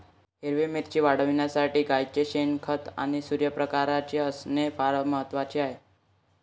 हिरवी मिरची वाढविण्यासाठी गाईचे शेण, खत आणि सूर्यप्रकाश असणे फार महत्वाचे आहे